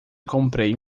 comprei